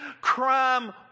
crime